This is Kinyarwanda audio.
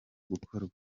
gukorwa